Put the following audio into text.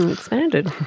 expanded.